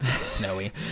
Snowy